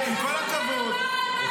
יש לך מה לומר על מה שדובר צה"ל אמר?